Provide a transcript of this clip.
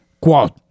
quote